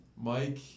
Mike